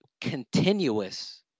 continuous